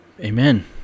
Amen